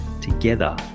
Together